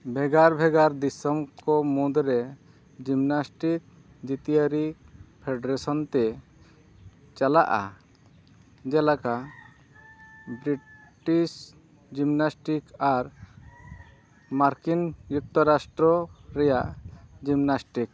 ᱵᱷᱮᱜᱟᱨ ᱵᱷᱮᱜᱟᱨ ᱫᱤᱥᱚᱢ ᱠᱚ ᱢᱩᱫᱽᱨᱮ ᱡᱤᱢᱱᱟᱥᱴᱤᱠ ᱡᱟᱹᱛᱤᱭᱟᱨᱤ ᱯᱷᱮᱰᱨᱮᱥᱚᱱ ᱛᱮ ᱪᱟᱞᱟᱜᱼᱟ ᱡᱮᱞᱮᱠᱟ ᱵᱨᱤᱴᱤᱥ ᱡᱤᱢᱱᱟᱥᱴᱤᱠ ᱟᱨ ᱢᱟᱨᱠᱤᱱ ᱡᱩᱠᱛᱚ ᱨᱟᱥᱴᱨᱚ ᱨᱮᱭᱟᱜ ᱡᱤᱢᱱᱟᱥᱴᱤᱠ